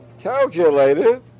calculated